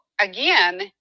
again